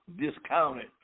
discounted